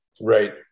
Right